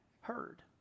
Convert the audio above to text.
heard